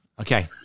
Okay